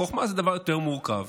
חוכמה היא דבר יותר מורכב.